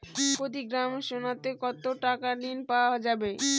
প্রতি গ্রাম সোনাতে কত টাকা ঋণ পাওয়া যাবে?